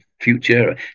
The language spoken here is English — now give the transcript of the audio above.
future